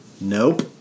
Nope